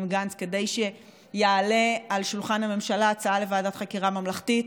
גנץ כדי שיעלה על שולחן הממשלה הצעה לוועדת חקירה ממלכתית.